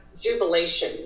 jubilation